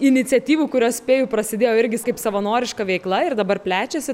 iniciatyvų kurios spėju prasidėjo irgi kaip savanoriška veikla ir dabar plečiasi